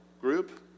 group